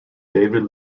david